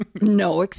no